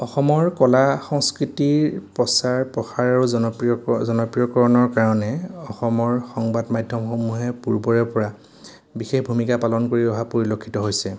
অসমৰ কলা সংস্কৃতিৰ প্ৰচাৰ প্ৰসাৰ আৰু জনপ্ৰিয় জনপ্ৰিয়কৰণৰ কাৰণে অসমৰ সংবাদ মাধ্যমসমূহে পূৰ্বৰেপৰা বিশেষ ভূমিকা পালন কৰি অহা পৰিলক্ষিত হৈছে